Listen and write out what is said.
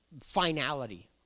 finality